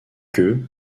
que